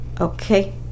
Okay